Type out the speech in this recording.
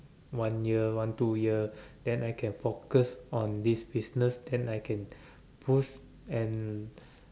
one year one two year then I can focus on this business then I can boost and